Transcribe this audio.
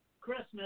Christmas